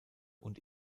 und